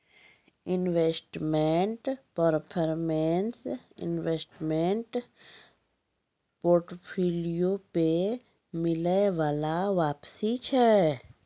investment performance investment portfolio पे मिलै बाला वापसी छै